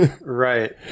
right